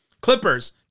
Clippers